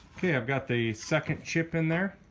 okay, i've got the second chip in there